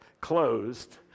closed